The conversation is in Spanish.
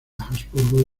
habsburgo